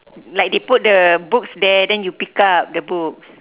like they put the books there then you pick up the books